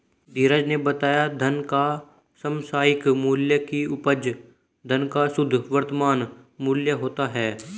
धीरज ने बताया धन का समसामयिक मूल्य की उपज धन का शुद्ध वर्तमान मूल्य होता है